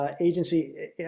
Agency